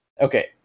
Okay